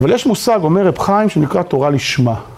אבל יש מושג, אומר רב חיים, שנקרא תורה לשמה.